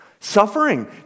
suffering